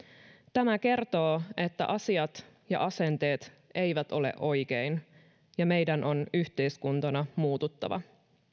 tämä kertoo että asiat ja asenteet eivät ole oikein ja meidän on yhteiskuntana muututtava